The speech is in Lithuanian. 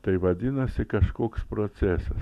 tai vadinasi kažkoks procesas